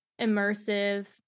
immersive